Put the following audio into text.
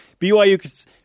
BYU